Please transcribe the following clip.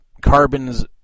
Carbon's